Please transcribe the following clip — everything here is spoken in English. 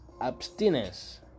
abstinence